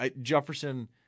Jefferson